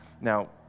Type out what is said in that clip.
now